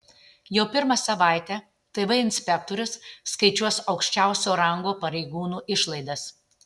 jau pirmą savaitę tv inspektorius skaičiuos aukščiausio rango pareigūnų išlaidas